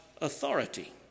authority